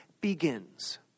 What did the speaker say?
begins